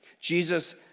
Jesus